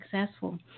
successful